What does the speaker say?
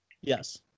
Yes